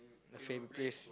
a favourite place